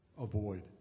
avoid